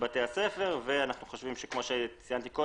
כמו שציינתי,